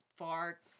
far